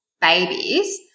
babies